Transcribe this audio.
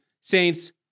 Saints